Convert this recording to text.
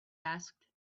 asked